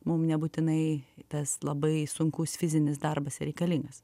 mums nebūtinai tas labai sunkus fizinis darbas reikalingas